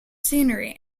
scenery